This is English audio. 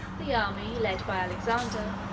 the army, led by alexander,